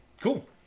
cool